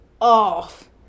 off